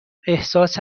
احساس